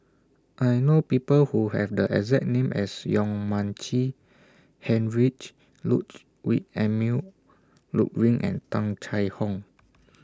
I know People Who Have The exact name as Yong Mun Chee Heinrich Emil Luering and Tung Chye Hong